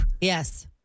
Yes